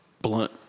blunt